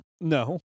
No